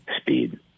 speed